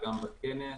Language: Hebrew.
גם בכנס,